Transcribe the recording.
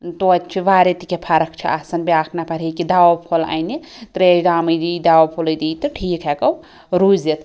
توتہِ چھِ واریاہ تہِ کیٚنٛہہ فَرَق چھِ آسان بیٛاکھ نَفَر ہیٚکہِ دوا پھوٚل اَنہِ ترٛیشہٕ دامٕے دی دوا پھوٚلٕے دی تہٕ ٹھیٖک ہیٚکو روٗزِتھ